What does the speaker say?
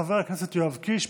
חבר הכנסת יואב קיש,